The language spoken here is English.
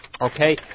okay